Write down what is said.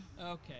Okay